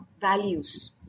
values